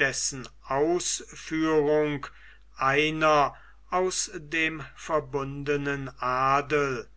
dessen ausführung einer aus dem verbundenen adel